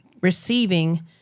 receiving